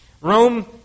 Rome